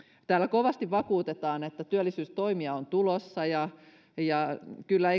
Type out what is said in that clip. täällä kovasti vakuutetaan että työllisyystoimia on tulossa ja kyllä